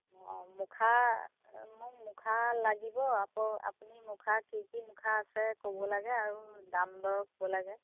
অঁ মুখা মোক মুখা লাগিব আপ আপুনি মুখা কি কি মুখা আছে ক'ব লাগে আৰু দাম দৰ ক'ব লাগে